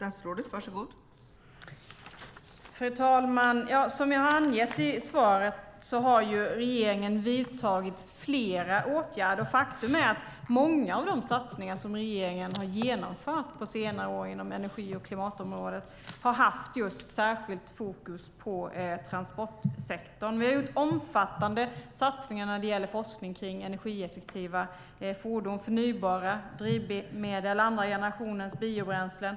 Fru talman! Som jag har angett i svaret har regeringen vidtagit flera åtgärder. Faktum är att många av de satsningar som regeringen har genomfört inom energi och klimatområdet på senare år har haft just särskilt fokus på transportsektorn. Vi har gjort omfattande satsningar när det gäller forskning kring energieffektiva fordon, förnybara drivmedel och andra generationens biobränslen.